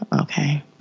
Okay